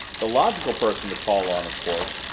the logical person to call on, of course,